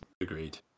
Agreed